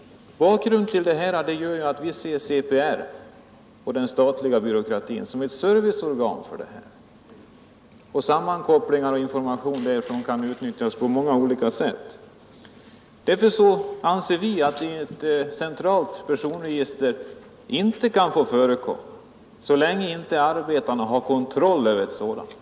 Bakgrunden till vår inställning är att vi ser CPR och den statliga byråkratin som ett serviceorgan när det gäller sammankoppling och information så att systemet kan utnyttjas på många olika sätt. Därför anser vi att ett centralt personregister inte kan få förekomma så länge arbetarna inte har kontroll över det.